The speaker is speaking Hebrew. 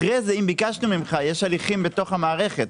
אחרי זה אם ביקשנו ממך יש הליכים בתוך המערכת,